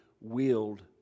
wield